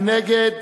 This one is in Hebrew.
מי נגד?